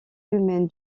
humaine